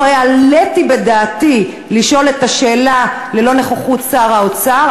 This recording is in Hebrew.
לא העליתי בדעתי לשאול את השאלה ללא נוכחות שר האוצר.